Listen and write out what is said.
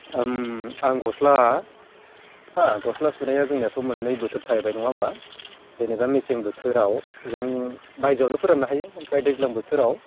आं गस्ला हा गस्ला सुनाया जोंनियाथ' मोननै बोथोर थाहैबाय नङा होमब्ला जेनेबा मेसें बोथोराव जों बायजोआवनो फोराननो हायो ओमफ्राय दैज्लां बोथोराव